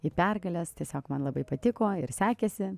į pergales tiesiog man labai patiko ir sekėsi